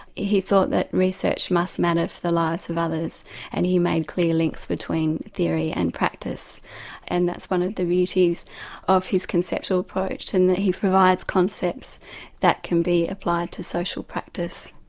he thought that research must matter for the lives of others and he made clear links between theory and practice and that's one of the beauties of his conceptual approach, in that he provides concepts that can be applied to social practice.